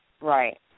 Right